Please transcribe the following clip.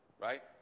right